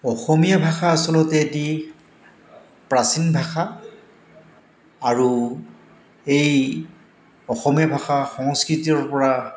অসমীয়া ভাষা আচলতে এটি প্ৰাচীন ভাষা আৰু এই অসমীয়া ভাষা সংস্কৃতিৰ পৰা